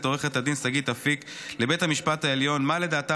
עו"ד שגית אפיק לבית המשפט העליון מה לדעתה